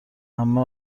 عمه